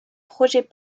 projets